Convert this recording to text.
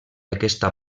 aquesta